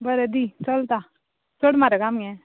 बरें दी चलता चड म्हारग आसा मगे